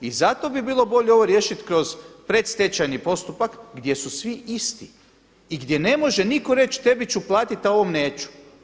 I zato bi bilo bolje ovo riješiti kroz predstečajni postupak gdje su svi isti i gdje ne može nitko reći tebi ću platiti, a ovom neću.